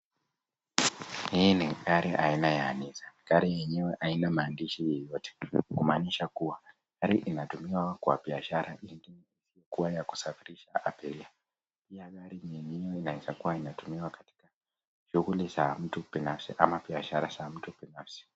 Hii ni gari aina ya Nissan. Gari yenyewe haina maandishi yoyote. Kumaanisha kuwa gari inatumiwa kwa biashara yingine isiyokuwa ya kusafirisha abiria. Gari yenyewe inaweza kuwa inatumiwa katika shughuli za mtu binafsi ama biashara za mtu binafsi.